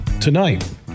tonight